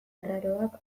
arraroak